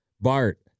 BART